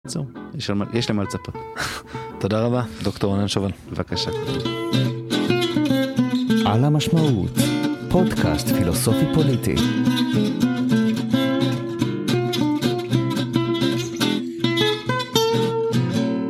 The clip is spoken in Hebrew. יש למה לצפות. תודה רבה, דוקטור רונן שובל. בבקשה. על המשמעות, פודקאסט פילוסופי פוליטי.